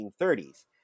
1930s